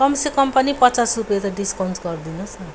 कमसेकम पनि पचास रुपियाँ त डिस्काउन्ट्स गरिदिनुहोस् न